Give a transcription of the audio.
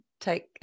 take